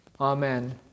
Amen